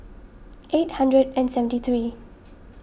eight hundred and seventy three